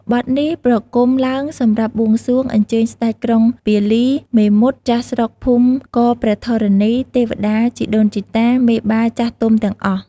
បទនេះប្រគំឡើងសម្រាប់បួងសួង អញ្ចើញស្ដេចក្រុងពាលី មេមត់ ចាស់ស្រុកភូមិករព្រះធរណី ទេវតា ជីដូនជីតា មេបាចាស់ទុំទាំងអស់។